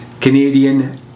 Canadian